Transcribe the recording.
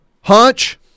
Hunch